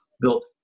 built